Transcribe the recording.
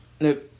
nope